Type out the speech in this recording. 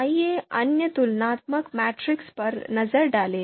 आइए अन्य तुलनात्मक मैट्रिक्स पर नजर डालें